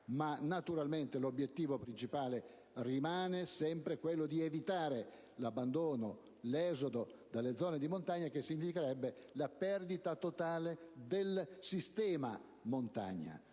Ma naturalmente l'obiettivo principale rimane sempre quello di evitare l'abbandono, l'esodo dalle zone di montagna, che significherebbe la perdita totale del sistema montagna,